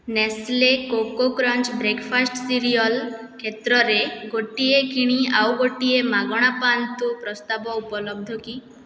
Nestle Koko Krunch breakfast cereal କ୍ଷେତ୍ରରେ ଗୋଟିଏ କିଣି ଆଉ ଗୋଟିଏ ମାଗଣା ପାଆନ୍ତୁ ପ୍ରସ୍ତାବ ଉପଲବ୍ଧ କି